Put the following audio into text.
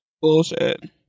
Bullshit